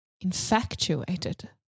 infatuated